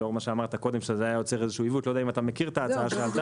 אני לא יודע אם אתה מכיר את ההצעה שעלתה,